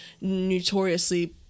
notoriously